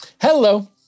Hello